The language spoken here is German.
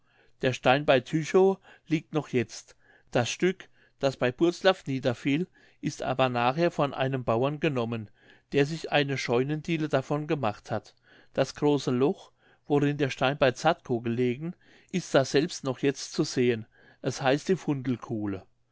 der stein bei tychow liegt noch jetzt das stück das bei butzlaff niederfiel ist aber nachher von einem bauern genommen der sich eine scheunendiele davon gemacht hat das große loch worin der stein bei zadkow gelegen ist daselbst noch jetzt zu sehen es heißt die